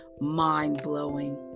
mind-blowing